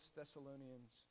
Thessalonians